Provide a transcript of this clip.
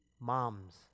Moms